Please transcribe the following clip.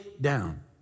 down